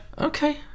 okay